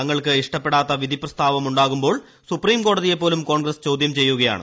തങ്ങൾക്ക് ഇഷ്ടപ്പെടാത്ത വിധിപ്രസ്താവമുണ്ടാകുമ്പോൾ സുപ്രീംകോടതിയെ പോലും കോൺഗ്രസ്സ് ചോദ്യം ചെയ്യുകയാണ്